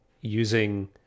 using